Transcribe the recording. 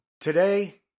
Today